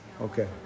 Okay